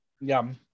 Yum